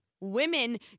Women